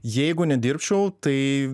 jeigu nedirbčiau tai